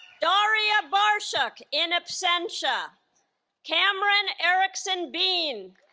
darya barshak in absentia cameron ericson bean